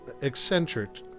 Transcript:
eccentric